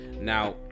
now